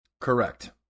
Correct